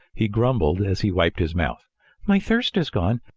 he grumbled, as he wiped his mouth my thirst is gone.